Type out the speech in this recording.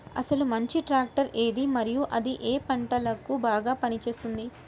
అసలు మంచి ట్రాక్టర్ ఏది మరియు అది ఏ ఏ పంటలకు బాగా పని చేస్తుంది?